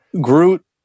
groot